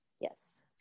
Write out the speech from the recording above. Yes